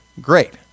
Great